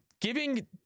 giving